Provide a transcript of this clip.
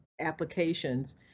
applications